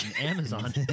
Amazon